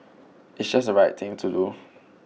it's just the right thing to do